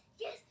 yes